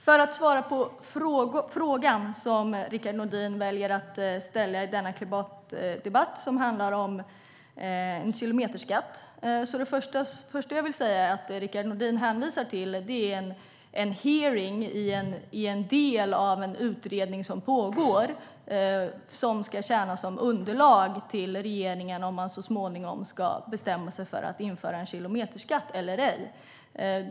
För att svara på frågan om kilometerskatt som Rickard Nordin väljer att ställa i denna klimatdebatt: Det första jag vill säga är att det Rickard Nordin hänvisar till är en hearing i en del av en pågående utredning som ska tjäna som underlag för regeringen när man så småningom ska bestämma sig för om man ska införa en kilometerskatt eller ej.